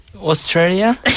Australia